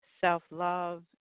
self-love